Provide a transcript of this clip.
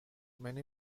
many